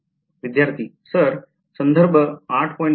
विध्यार्थी सर संदर्भ ०८